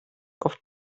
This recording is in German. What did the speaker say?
auf